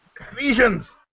Ephesians